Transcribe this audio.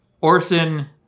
Orson